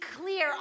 clear